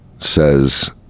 says